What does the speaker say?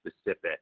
specific